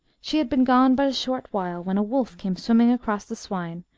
she had been gone but a short while, when a wolf came swimming across the swine,